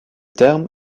terme